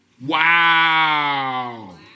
Wow